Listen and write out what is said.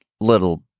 little